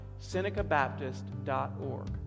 senecabaptist.org